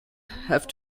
have